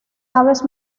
aves